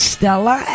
Stella